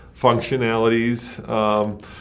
functionalities